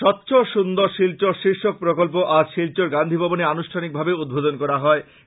স্বচ্ছ সুন্দর শিলচর শীর্ষক প্রকল্প আজ শিলচর গান্ধীভবনে আনুষ্ঠানিকভাবে উদ্ভোধন করা হয়